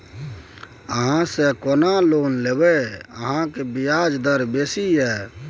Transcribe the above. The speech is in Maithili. अहाँसँ कोना लोन लेब अहाँक ब्याजे दर बेसी यै